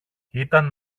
ήταν